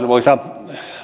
arvoisa